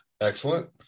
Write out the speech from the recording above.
Excellent